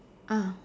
ah